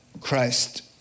Christ